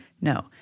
No